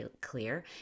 clear